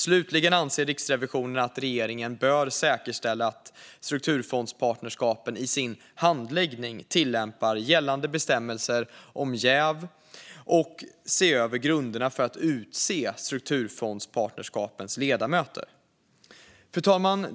Slutligen anser Riksrevisionen att regeringen bör säkerställa att strukturfondspartnerskapen i sin handläggning tillämpar gällande bestämmelser om jäv samt se över grunderna för hur strukturfondspartnerskapens ledamöter utses. Fru talman!